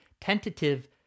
Tentative